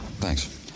thanks